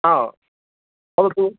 ह वदन्तु